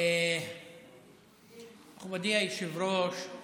מכובדי היושב-ראש,